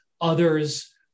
others